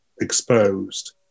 exposed